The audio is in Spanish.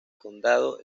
condado